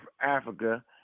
Africa